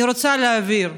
אני רוצה להבהיר: